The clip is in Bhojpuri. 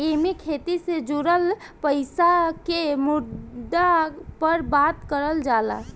एईमे खेती से जुड़ल पईसा के मुद्दा पर बात करल जाला